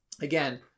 again